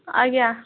ଆଜ୍ଞା